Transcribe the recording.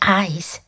eyes